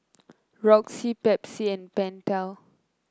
Roxy Pepsi and Pentel